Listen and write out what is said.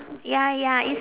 ya ya it's